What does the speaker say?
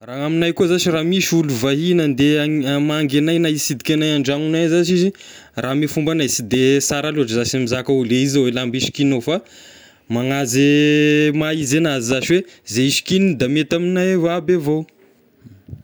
Raha amignay koa zashy raha misy olo vahigny handeha agn- hamangy anay na hisidika agnay an-dragnonay zashy izy, raha ame fombagnay sy de sara loatra zashy mizaka olo izao lamba hisikignao fa manaja e maha izy anazy zashy hoe zay hisikignany da mety amignay aby avao.